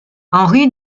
henri